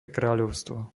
kráľovstvo